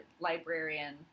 librarian